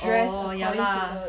orh yeah lah